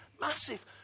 massive